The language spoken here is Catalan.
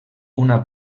una